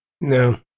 No